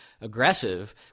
aggressive